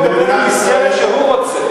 הוא מדבר על המסגרת שהוא רוצה.